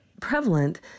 prevalent